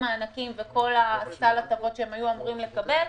מענקים וסל ההטבות שהם היו אמורים לקבל.